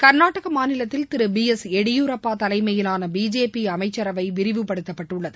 கா்நாடக மாநிலத்தில் திரு B S Yediyurappa தலைமையிலான பிஜேபி அமைச்சரவை விரிவுபடுத்தப்பட்டுள்ளது